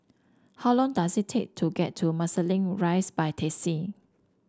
how long does it take to get to Marsiling Rise by taxi